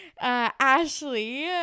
Ashley